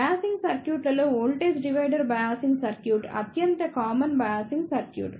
biasing సర్క్యూట్లలో voltage divider biasing circuit అత్యంత common biasing circuit